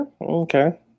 okay